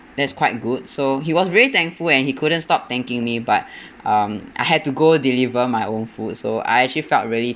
that's quite good so he was very thankful and he couldn't stop thanking me but um I had to go deliver my own food so I actually felt really